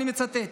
אני מצטט: